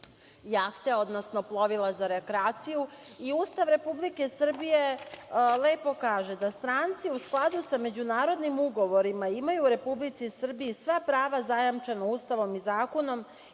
jahte, odnosno plovila za rekreaciju. Ustav Republike Srbije lepo kaže - da stranci u skladu sa međunarodnim ugovorima imaju u Republici Srbiji sva prva zajamčena Ustavom i zakonom,